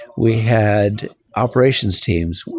we had operations teams.